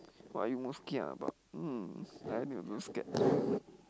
what are you most kia about hmm I don't scared